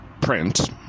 Print